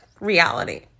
reality